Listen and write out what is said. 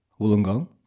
Wollongong